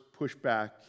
pushback